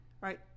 right